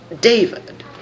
David